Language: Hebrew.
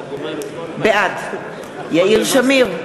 בעד יאיר שמיר,